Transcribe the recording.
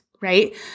right